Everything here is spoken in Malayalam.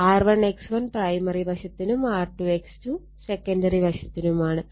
R1 X1 പ്രൈമറി വശത്തിനും R2 X2 സെക്കണ്ടറി വശത്തിനുമാണ്